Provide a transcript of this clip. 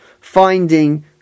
finding